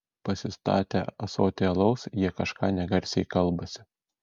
pasistatę ąsotį alaus jie kažką negarsiai kalbasi